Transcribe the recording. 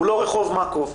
הוא לא רחוב מקוב.